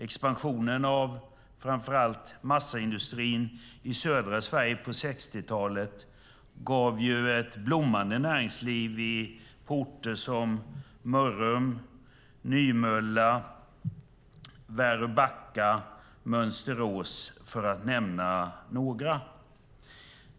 Expansionen av framför allt massaindustrin i södra Sverige på 60-talet gav ett blomstrande näringsliv på orter som Mörrum, Nymölla, Väröbacka och Mönsterås, för att nämna några.